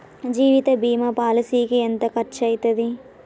జీవిత బీమా పాలసీకి ఎంత ఖర్చయితది?